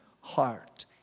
heart